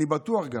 אני בטוח גם